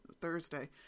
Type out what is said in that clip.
Thursday